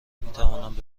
میتوانند